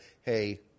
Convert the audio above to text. hey